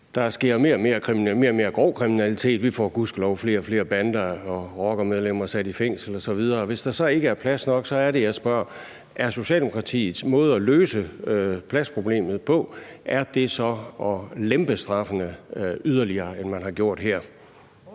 Der sker mere og mere grov kriminalitet. Vi får gudskelov flere og flere bande- og rockermedlemmer sat i fængsel osv. Så er det, jeg spørger: Hvis der så ikke er plads nok, er Socialdemokratiets måde at løse pladsproblemet på så at lempe straffene yderligere, end man har gjort her?